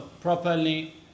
properly